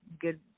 good